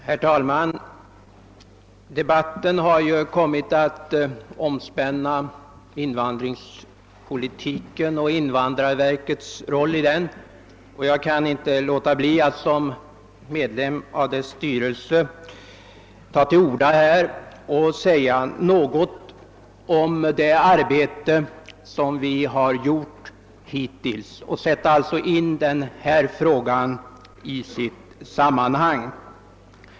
Herr talman! Debatten har kommit att omspänna invandringspolitiken och invandrarverkets roll i den. Jag kan inte låta bli att som medlem i invandrarverkets styrelse ta till orda här och säga något om det arbete vi hittills nedlagt och därmed alltså sätta in denna fråga i dess sammanhang.